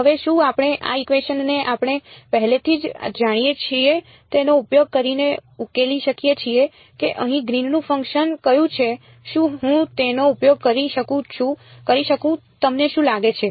હવે શું આપણે આ ઇકવેશન ને આપણે પહેલેથી જ જાણીએ છીએ તેનો ઉપયોગ કરીને ઉકેલી શકીએ છીએ કે અહીં ગ્રીનનું ફંકશન કયું છે શું હું તેનો ઉપયોગ કરી શકું કે તમને શું લાગે છે